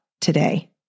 today